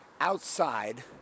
outside